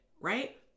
right